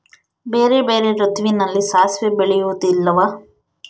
ಬೇರೆ ಬೇರೆ ಋತುವಿನಲ್ಲಿ ಸಾಸಿವೆ ಬೆಳೆಯುವುದಿಲ್ಲವಾ?